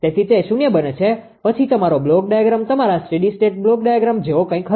તેથી તે શૂન્ય બને છે પછી તમારો બ્લોક ડાયાગ્રામ તમારા સ્ટેડી સ્ટેટ બ્લોક ડાયાગ્રામ જેવો કંઈક હશે